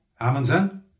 Amundsen